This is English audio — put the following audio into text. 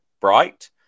Bright